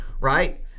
right